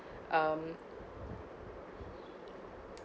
um